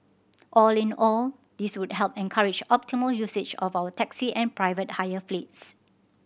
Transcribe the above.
all in all this would help encourage optimal usage of our taxi and private hire fleets